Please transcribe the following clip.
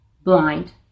blind